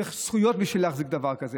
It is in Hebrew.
צריך זכויות בשביל להחזיק דבר כזה.